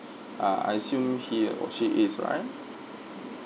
ah I assume he or she is right